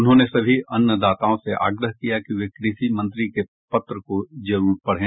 उन्होंने सभी अन्नदाताओं से आग्रह किया है कि वे कृषि त्री के पत्र को जरूरी पढ़ें